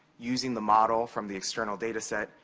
using the model from the external data set,